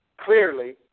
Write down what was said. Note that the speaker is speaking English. clearly